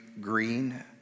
green